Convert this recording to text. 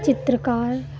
चित्रकार